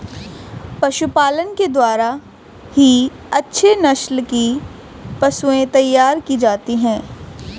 पशुपालन के द्वारा ही अच्छे नस्ल की पशुएं तैयार की जाती है